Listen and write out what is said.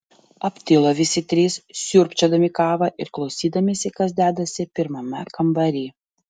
aptilo visi trys sriubčiodami kavą ir klausydamiesi kas dedasi pirmame kambary